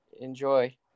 Enjoy